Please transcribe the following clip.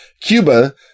Cuba